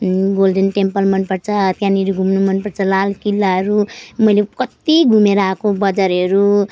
golden Temple मनपर्छ त्यहाँनिर घुम्नु मनपर्छ लालकिल्लाहरू मैले कति घुमेर आएको बजारहरू